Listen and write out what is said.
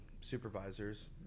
supervisors